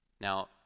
Now